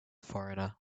foreigner